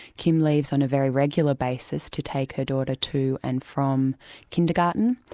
kim leaves on a very regular basis to take her daughter to and from kindergarten,